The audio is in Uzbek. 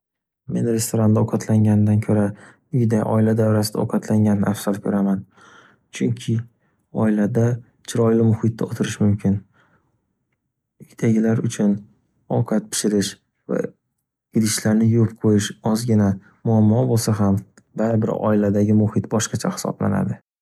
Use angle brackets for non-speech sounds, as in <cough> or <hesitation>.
Men restoranda ovqatlangandan ko’ra uyda oila davrasida ovqatlanganni afzal ko’raman. Chunki oilasa chiroyli muhitda o’tirish mumkin. Uydagilar uchun ovqat pishirish va <hesitation> idishlarni yuvib qo’yish ozgina muammo bo’lsa ham, baribir oilasagi muhit boshqacha hisoblanadi.